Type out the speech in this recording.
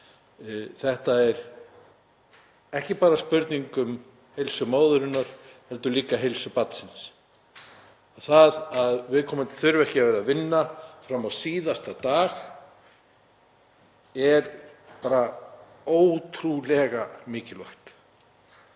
Þetta er ekki bara spurning um heilsu móðurinnar heldur líka heilsu barnsins. Það að viðkomandi þurfi ekki að vinna fram á síðasta dag er ótrúlega mikilvægt